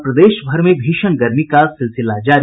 और प्रदेशभर में भीषण गर्मी का सिलसिला जारी